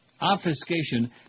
Obfuscation